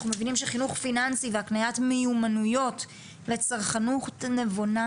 אנחנו מבינים שחינוך פיננסי והקניית מיומנויות לצרכנות נבונה,